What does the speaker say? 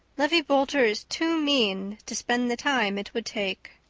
levi boulter is too mean to spend the time it would take.